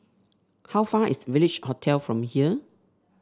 how far is Village Hotel from here